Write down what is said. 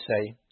say